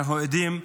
אנחנו יודעים,